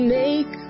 make